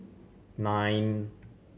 nine